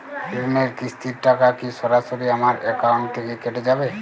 ঋণের কিস্তির টাকা কি সরাসরি আমার অ্যাকাউন্ট থেকে কেটে যাবে?